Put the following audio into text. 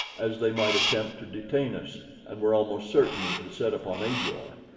as they might attempt to detain us and were almost certain to set upon ajor.